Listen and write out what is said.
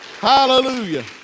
Hallelujah